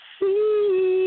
see